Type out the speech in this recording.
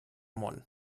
món